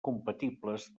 compatibles